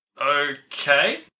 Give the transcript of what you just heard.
Okay